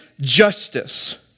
justice